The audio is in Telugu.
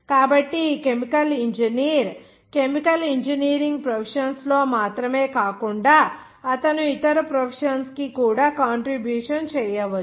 కాబట్టి ఈ chemical engineer chemical engineering professions లో మాత్రమే కాకుండా అతను ఇతర ప్రొఫెషన్స్ కి కూడా కాంట్రిబ్యూషన్ చేయవచ్చు